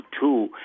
two